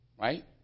Right